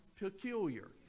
peculiar